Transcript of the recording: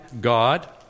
God